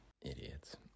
Idiots